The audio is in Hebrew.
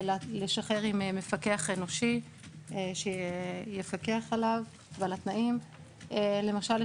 לשחרר עם מפקח אנושי שיפקח עליו ועל התנאים; למשל,